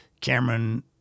Cameron